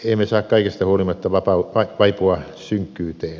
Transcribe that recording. emme saa kaikesta huolimatta vaipua synkkyyteen